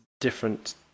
different